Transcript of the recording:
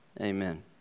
Amen